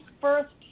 first